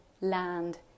land